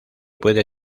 puede